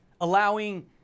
Allowing